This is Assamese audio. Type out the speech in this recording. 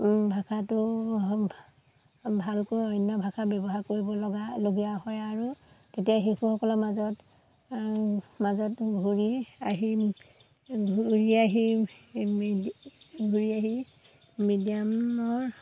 ভাষাটো ভালকৈ অন্য ভাষা ব্যৱহাৰ কৰিব লগা লগীয়া হয় আৰু তেতিয়া শিশুসকলৰ মাজত মাজত ঘূৰি আহি ঘূৰি আহি ঘূৰি আহি মিডিয়ামৰ